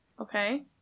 Okay